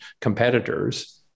competitors